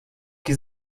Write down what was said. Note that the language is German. die